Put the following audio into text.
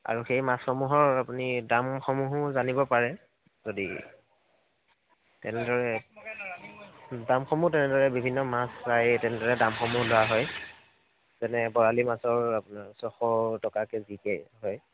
আৰু সেই মাছসমূহৰ আপুনি দামসমূহো জানিব পাৰে যদি তেনেদৰে দামসমূহ তেনেদৰে বিভিন্ন মাছ চায় তেনেদৰে দামসমূহ ধৰা হয় যেনে বৰালি মাছৰ আপোনাৰ ছশ টকা কেজিকৈ হয়